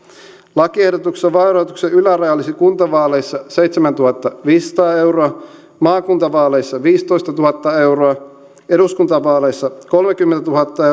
lakiehdotuksessa vaalirahoituksen yläraja olisi kuntavaaleissa seitsemäntuhattaviisisataa euroa maakuntavaaleissa viisitoistatuhatta euroa eduskuntavaaleissa kolmekymmentätuhatta